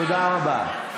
תודה רבה.